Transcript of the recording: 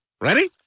Ready